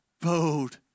bowed